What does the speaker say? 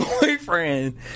boyfriend